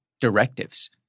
directives